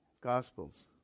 Gospels